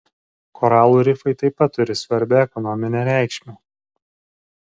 koralų rifai taip pat turi svarbią ekonominę reikšmę